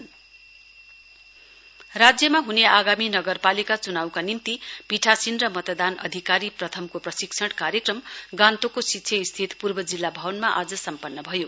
election training राज्यमा हुने आगामी नगरपालिका चुनाउका निम्ति पीठासीन र मतदान अधिकारीहरु प्रथमको प्रशिक्षण कार्यक्रम गान्तोकको सिच्छे स्थित पूर्व जिल्ला भवनमा आज सम्पन्न भयो